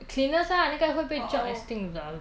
cleaners lah 那个会被 job extinct 的